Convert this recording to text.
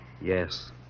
Yes